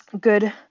good